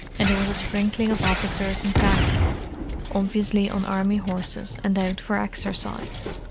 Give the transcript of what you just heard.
and there was a sprinkling of officers in khaki obviously on army horses and out for exercise.